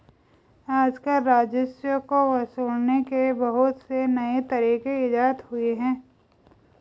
आजकल राजस्व को वसूलने के बहुत से नये तरीक इजात हुए हैं